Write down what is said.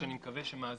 שאני מקווה שמאזין.